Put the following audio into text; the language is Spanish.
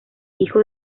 hijo